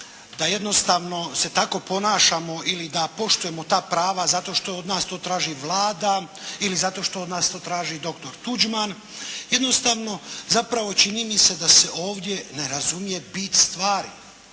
da jednostavno se tako ponašamo ili da poštujemo ta prava zato što od nas to traži Vlada, ili zato što to od nas to traži dr. Tuđman. Jednostavno, zapravo čini mi se da se ovdje ne razumije bit stvari.